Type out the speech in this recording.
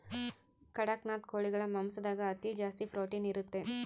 ಕಡಖ್ನಾಥ್ ಕೋಳಿಗಳ ಮಾಂಸದಾಗ ಅತಿ ಜಾಸ್ತಿ ಪ್ರೊಟೀನ್ ಇರುತ್ತೆ